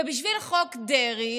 ובשביל חוק דרעי,